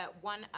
one